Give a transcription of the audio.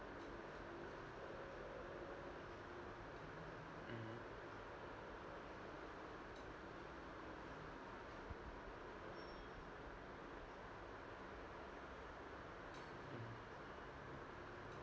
mmhmm